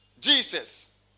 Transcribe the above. Jesus